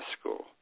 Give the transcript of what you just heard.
school